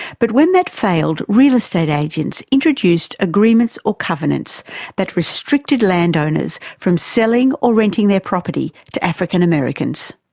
but when that failed, real estate agents introduced agreements or covenants that restricted landowners from selling or renting their property to african americans.